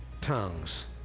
tongues